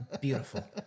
Beautiful